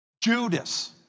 Judas